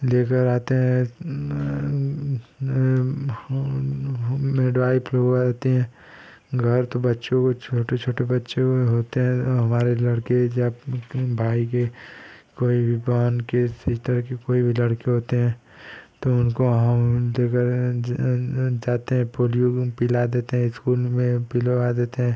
लेकर आते हैं होम में वो आते हैं घर तो बच्चों को छोटे छोटे बच्चों में होते हैं हमारे लड़के जब भाई के कोई भी बहन के जैसे पिता के कोई भी लड़के होते हैं तो उनको हम लेकर जाते हैं पोलियो पिला देते हैं इस्कूल में पिलवा देते हैं